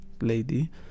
lady